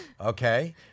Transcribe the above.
Okay